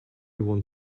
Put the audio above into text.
want